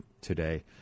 today